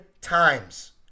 times